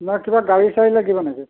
নে কিবা গাড়ী চাড়ী লাগিব নেকি